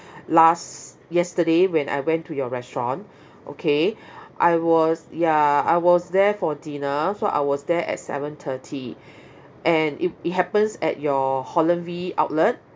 last yesterday when I went to your restaurant okay I was ya I was there for dinner so I was there at seven thirty and it it happens at your holland V outlet